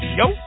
yo